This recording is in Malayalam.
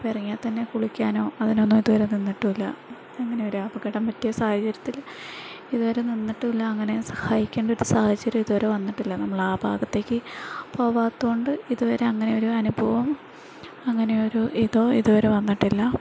ഇപ്പോൾ ഇറങ്ങിയാൽത്തന്നെ കുളിക്കാനോ അതിനൊന്നും ഇതുവരെ നിന്നിട്ടും ഇല്ല അങ്ങനെ ഒരപകടം പറ്റിയ സാഹചര്യത്തിൽ ഇതുവരെ നിന്നിട്ടും ഇല്ല അങ്ങനെ സഹായിക്കേണ്ട ഒരു സാഹചര്യം ഇതുവരെ വന്നിട്ടില്ല നമ്മൾ ആ ഭാഗത്തേക്ക് പോവാത്തതുകൊണ്ട് ഇതുവരെ അങ്ങനെ ഒരു അനുഭവം അങ്ങനെ ഒരു ഇതോ ഇതുവരെ വന്നിട്ടില്ല